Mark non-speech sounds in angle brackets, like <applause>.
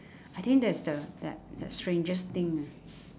<breath> I think that's the that that strangest thing ah